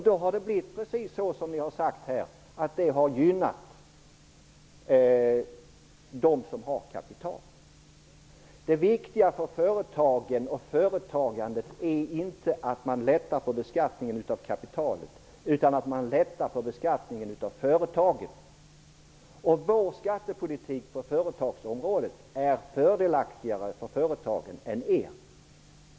Då har det blivit precis så som jag har sagt här, att det har gynnat dem som har kapital. Det viktiga för företagen och företagandet är inte att man lättar på beskattningen av kapitalet utan att man lättar på beskattningen av företagen. Vår skattepolitik på företagsområdet är fördelaktigare för företagen än er.